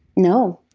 no.